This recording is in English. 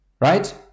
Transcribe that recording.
right